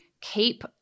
keep